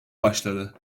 başladı